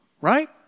right